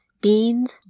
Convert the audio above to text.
beans